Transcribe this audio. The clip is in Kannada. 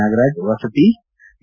ನಾಗರಾಜ್ ವಸತಿ ಸಿ